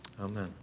Amen